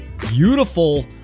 beautiful